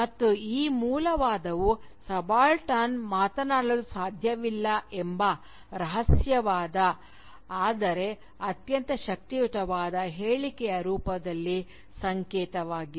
ಮತ್ತು ಈ ಮೂಲ ವಾದವು ಸಬಾಲ್ಟರ್ನ್ ಮಾತನಾಡಲು ಸಾಧ್ಯವಿಲ್ಲ ಎಂಬ ರಹಸ್ಯವಾದ ಆದರೆ ಅತ್ಯಂತ ಶಕ್ತಿಯುತವಾದ ಹೇಳಿಕೆಯ ರೂಪದಲ್ಲಿ ಸಂಕೇತವಾಗಿದೆ